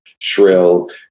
shrill